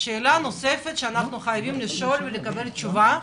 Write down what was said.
השאלה הנוספת שאנחנו חייבים לשאול ולקבל עליה תשובה,